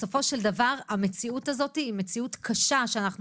בסופו של דבר המציאות הזו היא מציאות קשה שאנחנו